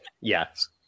yes